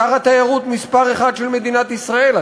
אתר התיירות מספר אחת של מדינת ישראל,